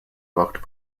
blocked